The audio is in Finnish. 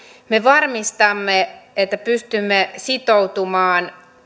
me varmistamme että pystymme sitoutumaan